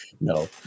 No